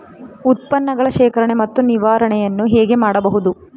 ಉತ್ಪನ್ನಗಳ ಶೇಖರಣೆ ಮತ್ತು ನಿವಾರಣೆಯನ್ನು ಹೇಗೆ ಮಾಡಬಹುದು?